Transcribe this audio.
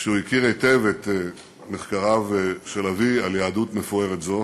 שהוא הכיר היטב את מחקריו של אבי על יהדות מפוארת זו.